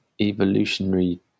evolutionary